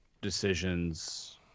decisions